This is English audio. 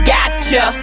Gotcha